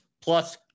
plus